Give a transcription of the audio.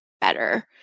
better